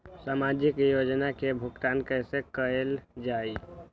सामाजिक योजना से भुगतान कैसे कयल जाई?